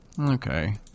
Okay